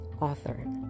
author